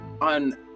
on